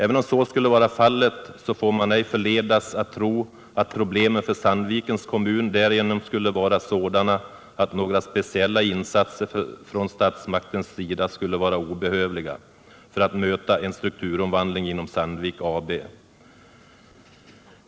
Även om så skulle vara fallet så får man inte förledas att tro att problemen för Sandvikens kommun därigenom skulle vara sådana att några speciella insatser från statsmakternas sida skulle vara obehövliga för att möta en strukturomvandling inom Sandvik AB.